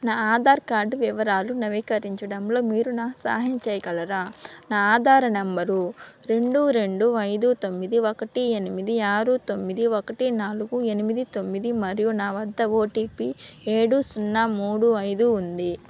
నా ఆధార్ కార్డు వివరాలు నవీకరించడంలో మీరు నా సహాయం చేయగలరా నా ఆధార నెంబరు రెండు రెండు ఐదు తొమ్మిది ఒకటి ఎనిమిది ఆరు తొమ్మిది ఒకటి నాలుగు ఎనిమిది తొమ్మిది మరియు నా వద్ద ఓటీపీ ఏడు సున్నా మూడు ఐదు ఉంది